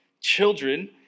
children